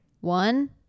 one